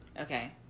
Okay